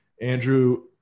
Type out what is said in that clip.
Andrew